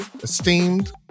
esteemed